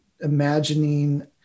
imagining